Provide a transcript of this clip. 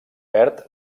perd